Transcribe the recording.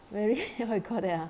very what you call that ya